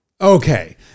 okay